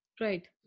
right